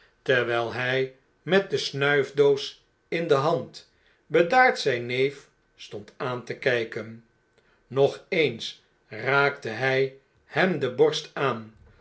terwyl hy met de snuifdoos in de hand bedaard zyn neef stond aan te kyken nog eens raakte hj hem de borst aan